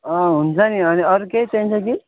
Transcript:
हुन्छ नि अनि अरू केही चाहिन्छ कि